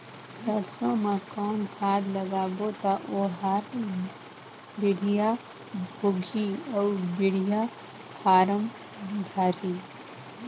सरसो मा कौन खाद लगाबो ता ओहार बेडिया भोगही अउ बेडिया फारम धारही?